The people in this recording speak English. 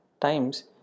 times